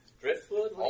driftwood